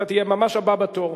אתה תהיה ממש הבא בתור.